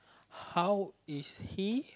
how is he